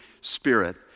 Spirit